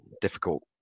difficult